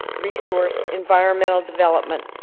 resource environmental development,